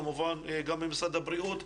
כמובן גם ממשרד הבריאות,